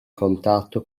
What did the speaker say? contatto